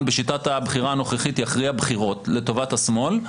בשיטת הבחירה הנוכחית יכריע בחירות לטובת השמאל,